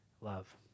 love